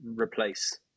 replace